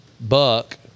Buck